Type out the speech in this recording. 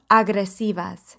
agresivas